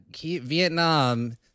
Vietnam